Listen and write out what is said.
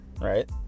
right